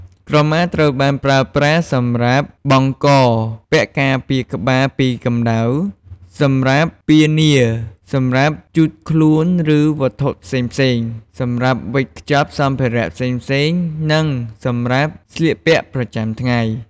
ក្រមាត្រូវបានប្រើប្រាស់សម្រាប់បង់ក ពាក់ការពារក្បាលពីកម្ដៅ សម្រាប់ពានា សម្រាប់ជូតខ្មួនឬវត្ថុផ្សេងៗ សម្រាប់វេចខ្ចប់សម្ភារៈផ្សេងៗ និងសម្រាប់ស្លៀកពាក់ប្រចាំថ្ងៃ។